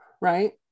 right